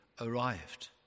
arrived